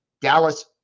Dallas